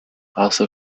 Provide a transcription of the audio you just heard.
also